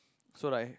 so like